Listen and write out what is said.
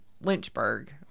Lynchburg